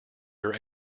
your